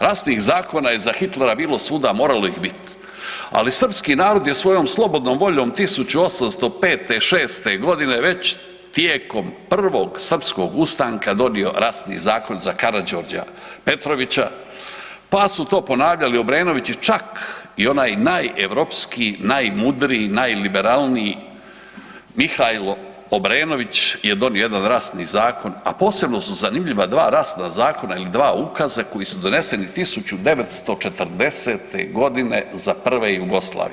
Rasnih zakona je za Hitlera bilo svuda moralo ih je bit, ali srpski narod je svojom slobodnom voljom 1805., šeste godine već tijekom 1. srpskog ustanka donio rasni zakon za Karađorđa Petrovića pa su to ponavljali Obrenovići, čak i onaj najeuropskiji, najmudriji, najliberalniji Mihajlo Obrenović je donio jedan rasni zakon, a posebno su zanimljiva dva rasna zakona ili dva ukaza koji su doneseni 1940.g. za prve Jugoslavije.